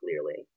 clearly